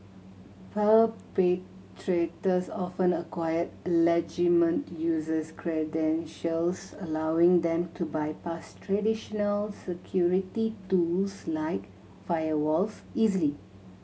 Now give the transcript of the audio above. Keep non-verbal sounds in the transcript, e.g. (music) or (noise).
perpetrators often acquire (unintelligible) users credentials allowing them to bypass traditional security tools like firewalls easily